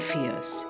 Fears।